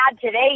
today